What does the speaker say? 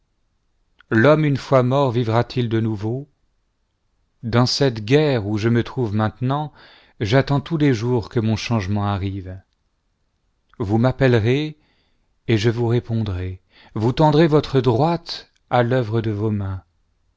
l'homme une fois mort vivrat-il de nouveau dans cette guerre où je me trouve maintenant j'attends tous les jours que mon changement arrive vous m'appellerez et je vous ré ondrai vous tendrez votre droite à l'œuvre de vos mains